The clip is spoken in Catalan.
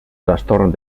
trastorn